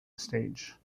stage